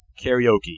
karaoke